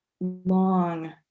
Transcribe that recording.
long